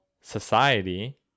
society